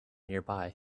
nearby